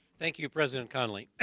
thank you, president conoley.